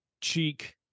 cheek